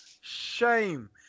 shame